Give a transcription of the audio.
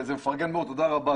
זה באמת פרגון גדול מאוד תודה רבה.